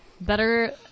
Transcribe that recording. Better